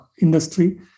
industry